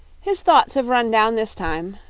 his thoughts have run down, this time,